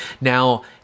Now